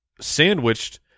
sandwiched